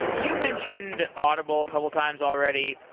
you mentioned audible a couple of times already.